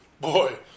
boy